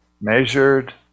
measured